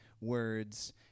words